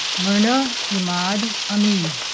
myrna emad amin